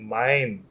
mind